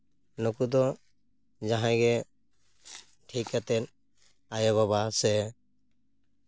ᱱᱩᱠᱩ ᱫᱚ ᱡᱟᱦᱟᱸᱭ ᱜᱮ ᱴᱷᱤᱠ ᱠᱟᱛᱮ ᱟᱭᱳᱼᱵᱟᱵᱟ ᱥᱮ